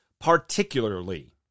Particularly